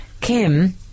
Kim